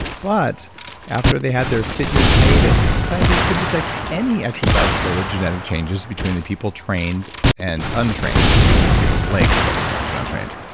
but after they had their fitness hiatus, the scientist couldn't detect any exercise-related genetic changes between the people trained and untrained, at least the people's legs that were trained and untrained.